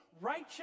Righteous